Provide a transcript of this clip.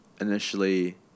initially